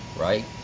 right